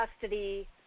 custody